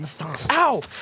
Ow